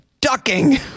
Ducking